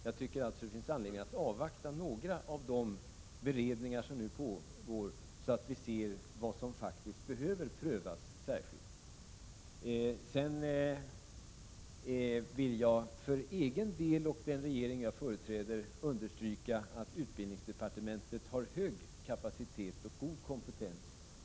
Jag tycker alltså att det finns anledning att avvakta några av de beredningar som nu pågår, så att vi ser vad som faktiskt behöver prövas särskilt. För egen del och för den regering som jag företräder vill jag understryka att utbildningsdepartementet har hög kapacitet och god kompetens.